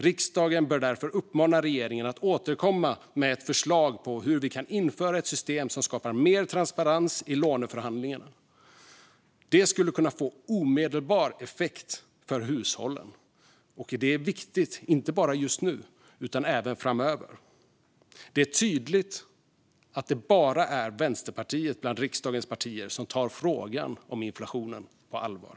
Riksdagen bör därför uppmana regeringen att återkomma med ett förslag på hur vi kan införa ett system som skapar mer transparens i låneförhandlingar. Det skulle kunna få omedelbar effekt för hushållen, och det är viktigt inte bara just nu utan även framöver. Det är tydligt att det bara är Vänsterpartiet bland riksdagens partier som tar frågan om inflationen på allvar.